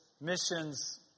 missions